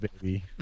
baby